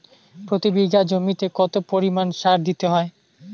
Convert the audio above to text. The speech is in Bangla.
প্রতি বিঘা জমিতে কত পরিমাণ সার দিতে হয়?